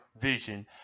vision